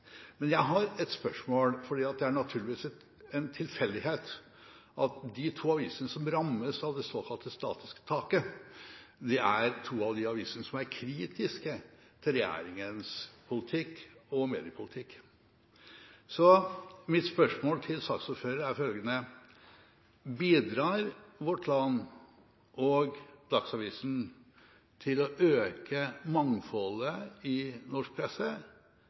Men jeg har et spørsmål, for det er naturligvis en tilfeldighet at de to avisene som rammes av det såkalte statiske taket, er to av de avisene som er kritiske til regjeringens politikk og mediepolitikk. Så mitt spørsmål til saksordføreren er følgende: Bidrar Vårt Land og Dagsavisen til å øke mangfoldet i norsk presse,